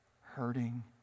hurting